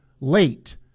late